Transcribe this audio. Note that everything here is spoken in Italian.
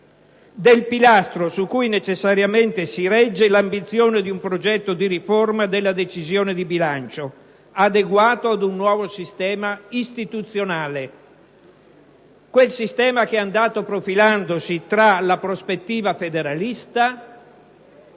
al pilastro su cui necessariamente si regge l'ambizione di un progetto di riforma della decisione di bilancio, adeguato ad un nuovo sistema istituzionale: quel sistema che si è andato profilando tra la prospettiva federalista,